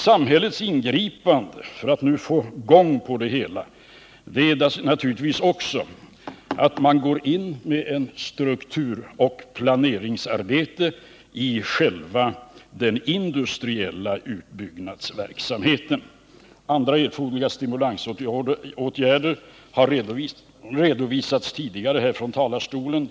Samhällets ingripande för att nu få i gång det hela måste naturligtvis också innebära att man går in med ett strukturoch planeringsarbete i själva den industriella utbyggnadsverksamheten. Andra erforderliga stimulansåtgärder har redovisats tidigare från talarstolen.